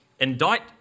Indict